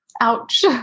Ouch